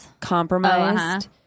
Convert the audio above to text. compromised